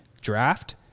draft